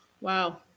Wow